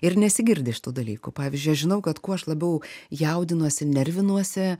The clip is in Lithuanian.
ir nesigirdi šitų dalykų pavyzdžiui aš žinau kad kuo aš labiau jaudinuosi nervinuosi